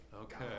Okay